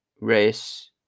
race